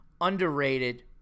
underrated